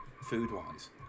food-wise